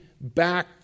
back